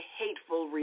hateful